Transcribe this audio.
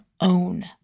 own